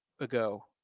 ago